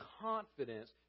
confidence